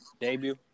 Debut